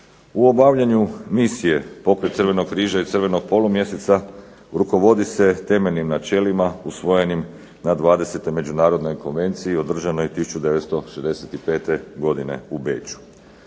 U obavljanju misije pokraj Crvenog križa i Crvenog polumjeseca rukovodi se temeljnim načelima usvojenim na 20. Međunarodnoj konvenciji održanoj 1965. godine u Beču.